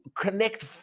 connect